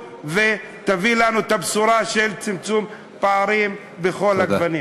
ותביא לנו את הבשורה של צמצום פערים בכל הגוונים.